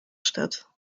stadt